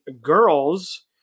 girl's